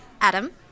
Adam